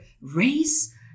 race